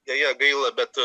deja gaila bet